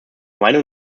meinung